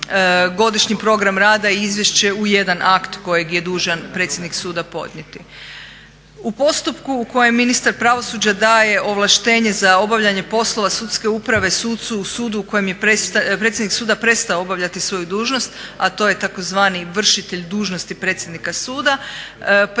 godišnji program rada i izvješće u jedan akt kojeg je dužan predsjednik suda podnijeti. U postupku u kojem ministar pravosuđa daje ovlaštenje za obavljanje poslova sudske uprave sucu u sudu u kojem je predsjednik suda prestao obavljati svoju dužnost, a to je tzv. vršitelj dužnosti predsjednika suda, predlaže se da